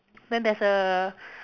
then there's a